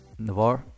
Navar